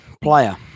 player